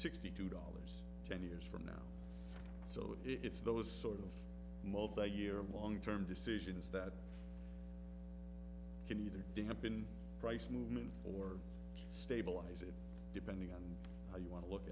sixty two dollars ten years from now so it's those sort of multi year long term decisions that can either thing up in price movement or stabilize it depending on how you want to look